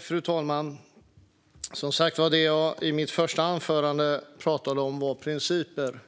Fru talman! I mitt första anförande talade jag om principer,